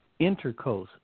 intercoast